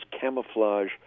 camouflage